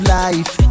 life